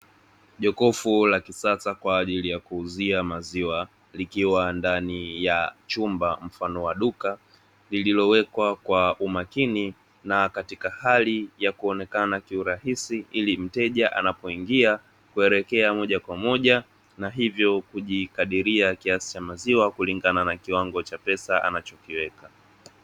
Jokofu la kisasa kwa ajili ya kuuzia maziwa likiwa ndani ya chumba mfano wa duka lililowekwa kwa umakini na katika hali ya kuonekana kiurahisi, ili mteja anapoingia kuelekea moja kwa moja na hivyo kujikadiria kiasi cha maziwa wa kulingana na kiwango cha pesa anachokiweka.